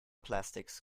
plastics